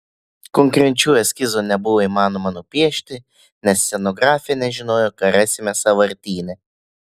konkrečių eskizų nebuvo įmanoma nupiešti nes scenografė nežinojo ką rasime sąvartyne